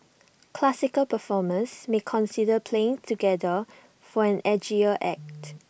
classical performers may consider playing together for an edgier act